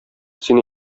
сине